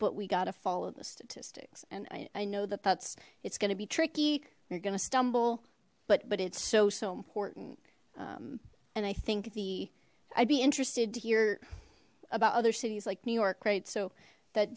but we got to follow the statistics and i know that that's it's going to be tricky you're gonna stumble but but it's so so important and i think the i'd be interested to hear about other cities like new york right so that